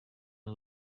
and